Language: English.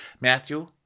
Matthew